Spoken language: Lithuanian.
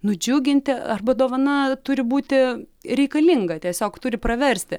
nudžiuginti arba dovana turi būti reikalinga tiesiog turi praversti